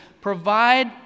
provide